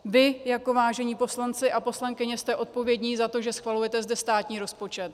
Vy jako vážení poslanci a poslankyně jste odpovědní za to, že zde schvalujete státní rozpočet.